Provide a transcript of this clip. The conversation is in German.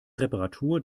reparatur